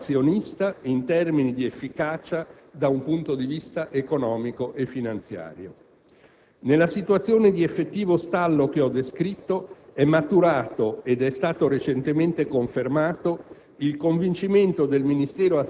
Ma deve rispondere al proprio azionista in termini di efficacia da un punto di vista economico e finanziario. Nella situazione di effettivo stallo che ho descritto, è maturato - ed è stato recentemente confermato